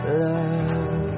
love